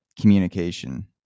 communication